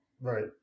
Right